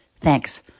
Thanks